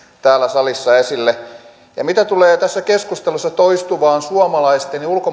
täällä salissa esille mitä tulee tässä keskustelussa toistuvaan suomalaisten ja ulkomaalaisten